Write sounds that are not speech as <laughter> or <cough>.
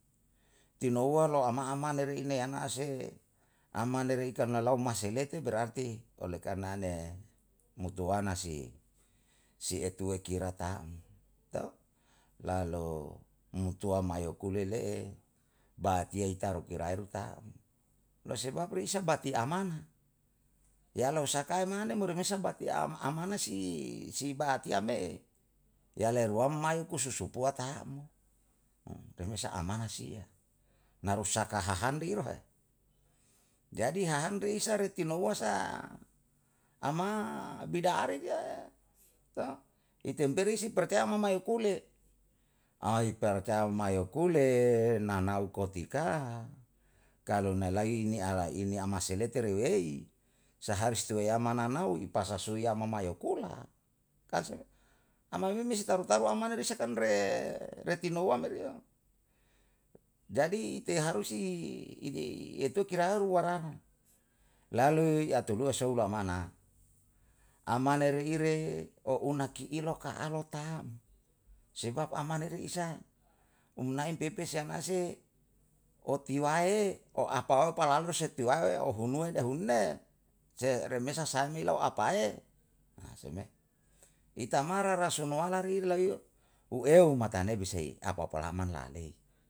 Tinouwa lou ama amane reine ye ana se, amane rei karna lau maselete berarti ole karna ne mutuana si, si etue kiratahan <hesitation> lalu mutua maiyokule le'e ba'atiya i tarukiraeru tau mo sebab risa batiamana, yale sakae mane mo renesae batiamana si, si baatiya me. Yale ruam mae kususupuata remesa amana sia, <hesitation> rusaka hahan riyo <hesitation> jadi hahan risa ritinouwa sa'a. Ama bida aridiyae, <hesitation> i temperi seperti ama mayepule, ai percaya mayepule nanau kotika, kalau nai lai ini ala ini amaselete rewei saharus tewamayana nanau i pasasui yama moupula, <hesitation> amameme si tarutau amane risa endre retinou wameriyo jadi, te'iharusi <hesitation> itu kira'aru waraha lalu iyatulua soula amana. Amana reire o una ki'ilo ka'alotau sebab amana ri isae umnae pepeseanase otiwae o apaopa lalu settiwae ohunuwe le hunne. se remesa saamme ilawa apae <hesitation> itamara rasunoala rirla la iyo, u eu matane bisahi apou polaman la'alei